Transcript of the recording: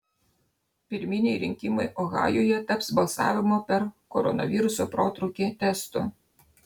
pirminiai rinkimai ohajuje taps balsavimo per koronaviruso protrūkį testu